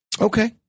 Okay